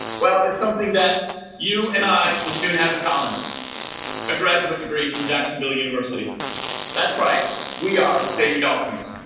well it's something that you and i will soon have in common a graduate degree from jacksonville university that's right we are say you dolphins